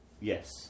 Yes